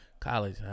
college